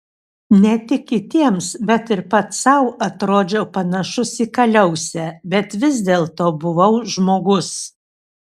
ne tik kitiems bet ir pats sau atrodžiau panašus į kaliausę bet vis dėlto buvau žmogus